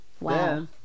Wow